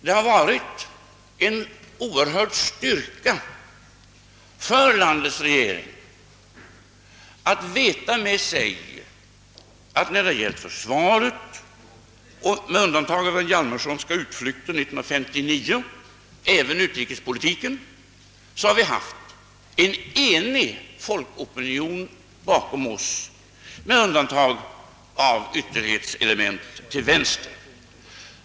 Det har varit en stor styrka för landets regering att veta med sig att vi, när det har gällt försvaret och — med undantag för den Hjalmarsonska utflykten 1959 även utrikespolitiken, har haft en enig folkopinion bakom oss med undantag av ytterlighetselement till vänster.